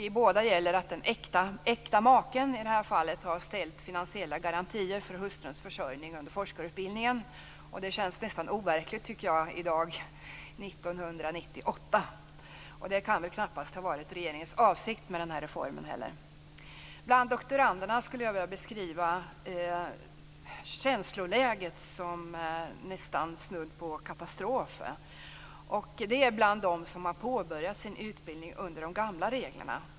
I båda fallen har den äkta maken ställt finansiella garantier för hustruns försörjning under forskarutbildningen. Det känns nästan overkligt, tycker jag - i dag, 1998. Det kan väl knappast heller ha varit regeringens avsikt med den här reformen. Känsloläget bland de doktorander som har påbörjat sin utbildning under de gamla reglerna skulle jag vilja beskriva som snudd på katastrof.